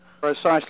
Precisely